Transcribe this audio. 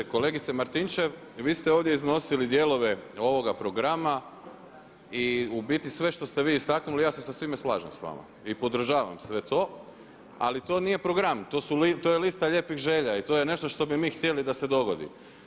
Kolegice Martinčev, vi ste ovdje iznosili dijelove ovoga programa i u biti sve što ste vi istaknuli ja se sa svime slažem sa vama i podržavam sve to, ali to nije program to je lista lijepih želja i to je nešto što bi mi htjeli da se dogodi.